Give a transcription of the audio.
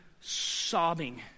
sobbing